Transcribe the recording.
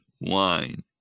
wine